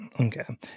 Okay